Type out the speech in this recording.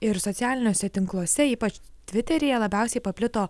ir socialiniuose tinkluose ypač tviteryje labiausiai paplito